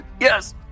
Yes